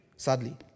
Sadly